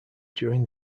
during